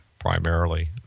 primarily